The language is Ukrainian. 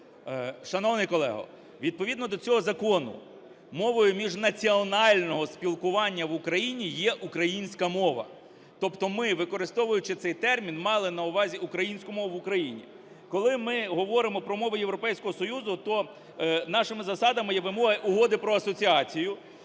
Шановний колего, відповідно до цього закону мовою міжнаціонального спілкування в Україні є українська мова. Тобто ми, використовуючи цей термін, мали на увазі українську мову в Україні. Коли ми говоримо про мови Європейського Союзу, то нашими засадами є вимоги Угоди про асоціацію,